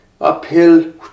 Uphill